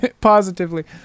positively